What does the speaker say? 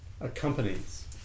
accompanies